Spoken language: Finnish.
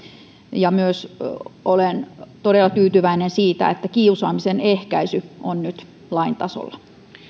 ja olen myös todella tyytyväinen siitä että kiusaamisen ehkäisy on nyt lain tasolla